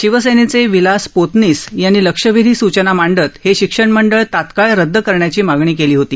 शिवसेनेचे विलास पोतनीस यांनी लक्षवेधी सूचना मांडत हे शिक्षण मंडळ तात्काळ रद्द करण्याची मागणी केली होती